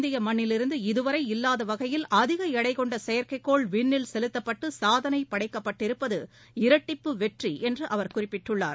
இந்திய மண்ணிலிருந்து இதுவரை இல்லாத வகையில் அதிக எடை கொண்ட செயற்கைக்கோள் விண்ணில் செலுத்தப்பட்டு சாதனை படைக்கப்பட்டிருப்பது இரட்டிப்பு வெற்றி என்று அவர் குறிப்பிட்டுள்ளார்